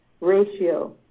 ratio